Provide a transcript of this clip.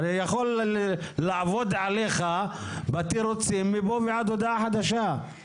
הרי הוא יכול לעבוד עליך בתירוצים מפה ועד הודעה חדשה,